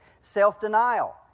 Self-denial